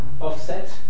offset